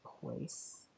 Place